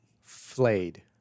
Flayed